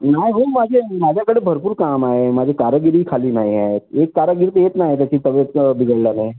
नाही हो माझे माझ्याकडे भरपूर काम आहे माझी कारागिरी खाली नाही आहेत एक कारागीर तर येत नाही त्याची तब्येत बिघडला नाही